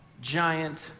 giant